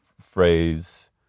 phrase